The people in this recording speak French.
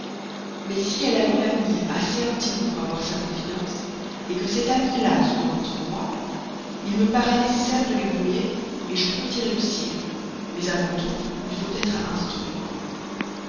mais si elle a une amie assez intime pour avoir sa confidence que cette amie là soit contre moi il me paraît nécessaire de les brouiller je compte bien y réussir mais avant tout il faut être instruit